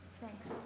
Thanks